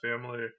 family